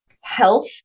health